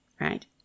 right